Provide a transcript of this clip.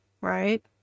right